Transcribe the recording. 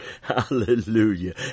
Hallelujah